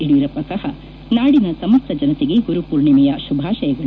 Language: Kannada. ಯಡಿಯರೂಪ್ಪ ಸಹ ನಾಡಿನ ಸಮಸ್ತ ಜನತೆಗೆ ಗುರು ಪೂರ್ಣಿಮೆಯ ಶುಭಾಶಯಗಳು